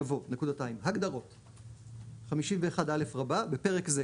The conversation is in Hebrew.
יבוא: "הגדרות 51א. "אפ"א",